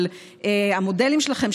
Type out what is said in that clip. אבל המודלים שלכם,